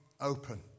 open